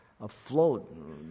afloat